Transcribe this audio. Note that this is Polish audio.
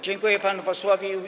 Dziękuję panu posłowi.